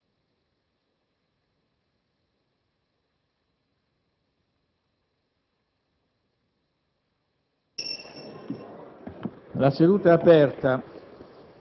La seduta è aperta